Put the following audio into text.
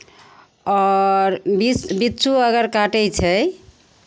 आओर विष बिच्छू अगर काटै छै